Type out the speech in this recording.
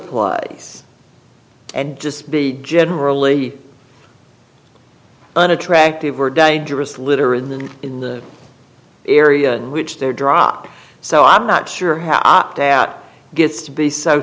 place and just be generally unattractive or dangerous litter in the in the area in which they were dropped so i'm not sure how opt out gets to be so